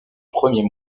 premiers